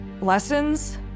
Lessons